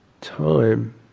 time